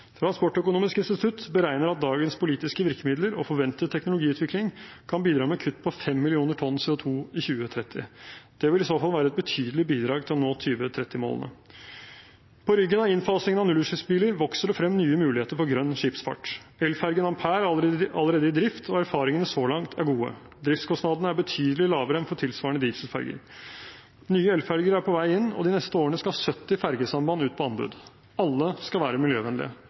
Transportøkonomisk institutt beregner at dagens politiske virkemidler og forventet teknologiutvikling kan bidra med kutt på 5 millioner tonn CO 2 i 2030. Det vil i så fall være et betydelig bidrag til å nå 2030-målene. På ryggen av innfasingen av nullutslippsbiler vokser det frem nye muligheter for grønn skipsfart. Elfergen Ampere er allerede i drift, og erfaringene så langt er gode. Driftskostnadene er betydelig lavere enn for tilsvarende dieselferger. Nye elferger er på vei inn, og de neste årene skal 70 fergesamband ut på anbud. Alle skal være miljøvennlige.